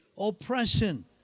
oppression